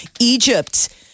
Egypt